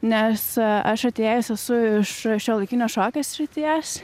nes aš atėjus esu iš šiuolaikinio šokio srities